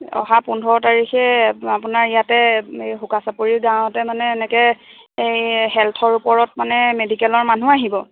অহা পোন্ধৰ তাৰিখে আপোনাৰ ইয়াতে এই বোকাচাপৰি গাঁৱতে মানে এনেকৈ এই হেল্থৰ ওপৰত মানে মেডিকেলৰ মানুহ আহিব